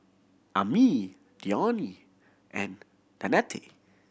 Ammie Dione and Danette